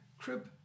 crib